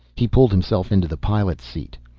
he pulled himself into the pilot's seat.